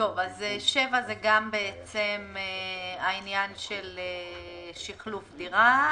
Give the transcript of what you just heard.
7 זה גם העניין של שחלוף דירה,